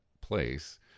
place